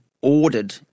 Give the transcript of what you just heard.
ordered